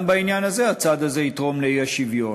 גם בעניין הזה הצעד הזה יתרום לאי-שוויון,